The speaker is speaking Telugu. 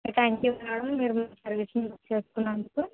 థ్యాంక్ యూ మేడం మీరు మా సర్వీస్ను బుక్ చేసుకున్నందుకు